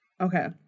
Okay